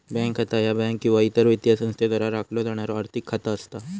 bank खाता ह्या bank किंवा इतर वित्तीय संस्थेद्वारा राखलो जाणारो आर्थिक खाता असता